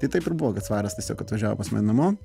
tai taip ir buvo kad svaras tiesiog atvažiavo pas mane namo